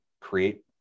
create